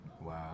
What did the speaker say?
Wow